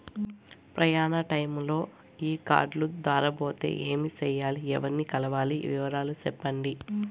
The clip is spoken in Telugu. ప్రయాణ టైములో ఈ కార్డులు దారబోతే ఏమి సెయ్యాలి? ఎవర్ని కలవాలి? వివరాలు సెప్పండి?